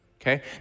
okay